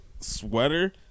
sweater